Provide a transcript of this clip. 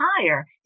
higher